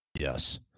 Yes